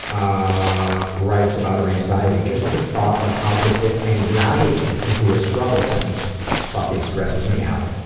ah, writes about her anxiety. just the thought of how to fit anxiety into a struggle sentence fucking stresses me out.